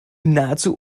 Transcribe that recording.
nahezu